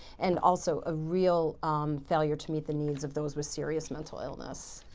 and also a real failure to meet the needs of those with serious mental illness.